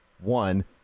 one